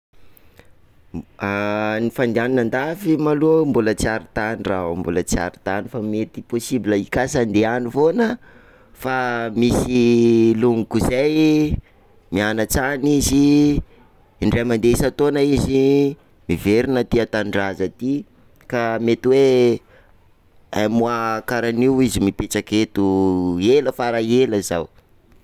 Ny fandehanana an-dafy malô mbola tsy ary tany ndraho, mbola tsy ary tany fa mety possible hikasa ande any foana, fa misy longoko zay mianatra any izy, indray mande isan-taona izy miveriny aty an-tanindraza aty, ka mety hoe, un mois karahan'io izy mipetraka eto, ela fara ela zao.